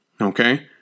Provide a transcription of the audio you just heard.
Okay